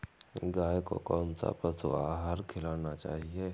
गाय को कौन सा पशु आहार खिलाना चाहिए?